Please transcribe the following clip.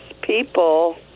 people